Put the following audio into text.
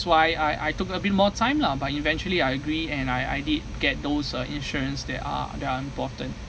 so I I I took a bit more time lah but eventually I agreed and I I did get those uh insurance that are that are important